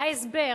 ההסבר,